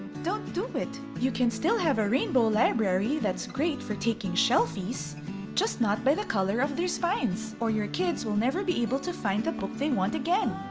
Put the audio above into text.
don't do it! you can still have a rainbow library that's great for taking shelfies just not by the color of their spines! or your kids will never be able to find the book they want again!